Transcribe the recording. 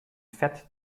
fett